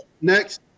next